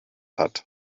hat